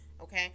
okay